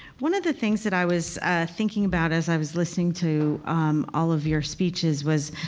one of the things that i was thinking about as i was listening to all of your speeches was